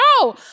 No